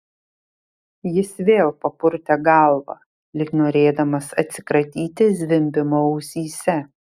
jis vėl papurtė galvą lyg norėdamas atsikratyti zvimbimo ausyse